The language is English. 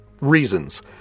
reasons